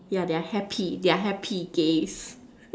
yeah they're happy they're happy gays